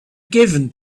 given